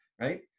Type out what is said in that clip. right